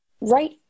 right